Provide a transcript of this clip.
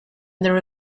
under